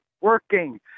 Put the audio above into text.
working